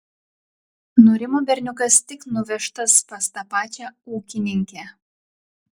nurimo berniukas tik nuvežtas pas tą pačią ūkininkę